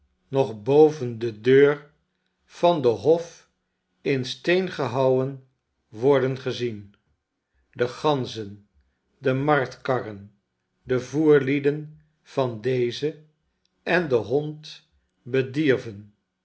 nog boven de deur van den hof in steen gehouwen worden gezien de ganzen de marktkarren de voerlieden van deze en de hond bedierven